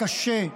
קשה,